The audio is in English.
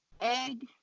egg